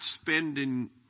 spending